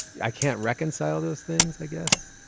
i can't reconcile those things i guess